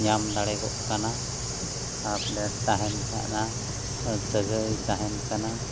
ᱧᱟᱢ ᱫᱟᱲᱮᱜᱚᱜ ᱠᱟᱱᱟ ᱟᱯᱰᱮᱹᱴ ᱛᱟᱦᱮᱱ ᱠᱟᱱᱟ ᱥᱟᱹᱜᱟᱹᱭ ᱛᱟᱦᱮᱱ ᱠᱟᱱᱟ